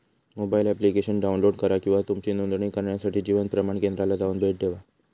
mobile application download करा किंवा तुमची नोंदणी करण्यासाठी जीवन प्रमाण केंद्राला जाऊन भेट देवा